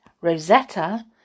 Rosetta